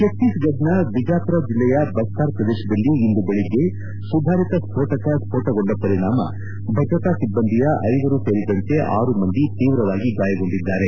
ಛತ್ತೀಸ್ಗಢದ ಬಿಜಾಪುರ ಜಿಲ್ಲೆಯ ಬಸ್ತಾರ್ ಶ್ರದೇಶದಲ್ಲಿ ಇಂದು ಬೆಳಗ್ಗೆ ಸುಧಾರಿತ ಸ್ತೋಟಕ ಸ್ಫೋಟಗೊಂಡ ಪರಿಣಾಮ ಭದ್ರತಾ ಸಿಬ್ಬಂದಿಯ ಐವರೂ ಸೇರಿದಂತೆ ಆರು ಮಂದಿ ತೀವ್ರವಾಗಿ ಗಾಯಗೊಂಡಿದ್ದಾರೆ